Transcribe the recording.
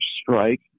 Strike